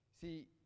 See